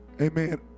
Amen